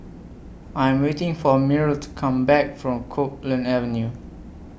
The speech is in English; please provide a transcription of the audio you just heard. I'm waiting For Myrl to Come Back from Copeland Avenue